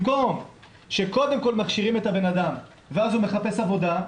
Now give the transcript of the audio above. במקום שיכשירו את הבן אדם ואז הוא יחפש עבודה,